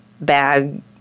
bag